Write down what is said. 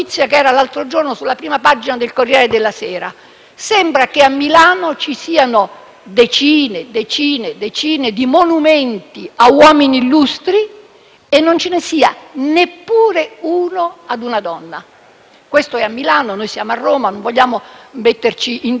sembra che a Milano ci siano decine e decine di monumenti a uomini illustri e non ce ne sia neppure uno a una donna. Questo avviene a Milano, noi siamo a Roma, non vogliamo metterci in discussione, ma intanto è una cosa che colpisce.